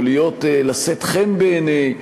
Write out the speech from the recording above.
או לשאת חן בעינֵי,